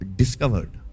discovered